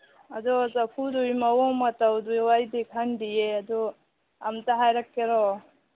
ꯑꯗꯣ ꯆꯐꯨꯗꯨꯒꯤ ꯃꯑꯣꯡ ꯃꯇꯧꯗꯨ ꯑꯩꯗꯤ ꯈꯪꯗꯤꯌꯦ ꯑꯗꯣ ꯑꯃꯨꯛꯇ ꯍꯥꯏꯔꯛꯀꯦꯔꯣ